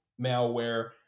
malware